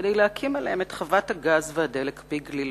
כדי להקים את חוות הגז והדלק פי-גלילות.